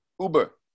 Uber